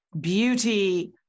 beauty